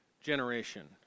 generation